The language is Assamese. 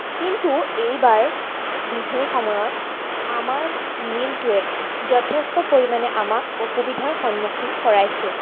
কিন্তু এইবাৰ বিহুৰ সময়ত আমাৰ মিলটোৱে যথেষ্ট পৰিমাণে আমাক অসুবিধাৰ সন্মুখীন কৰাইছে